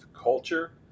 culture